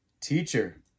Teacher